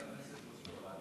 חברת הכנסת פלוסקוב,